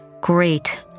Great